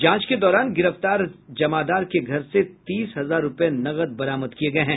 जांच के दौरान गिरफ्तार जमादार के घर से तीस हजार रूपये नकद बरामद किये गये हैं